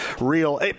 real